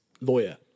lawyer